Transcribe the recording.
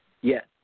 Yes